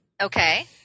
Okay